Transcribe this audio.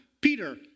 Peter